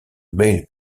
mail